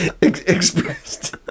Expressed